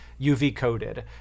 UV-coated